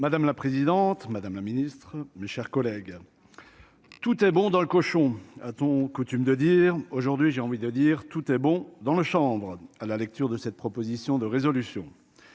Madame la présidente, madame la ministre, mes chers collègues, tout est bon dans le cochon, a-t-on coutume de dire : aujourd'hui j'ai envie de dire : tout est bon dans le chambre à la lecture de cette proposition de résolution